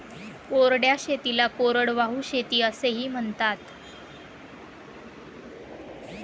कोरड्या शेतीला कोरडवाहू शेती असेही म्हणतात